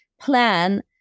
plan